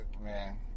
man